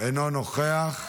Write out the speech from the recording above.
אינו נוכח,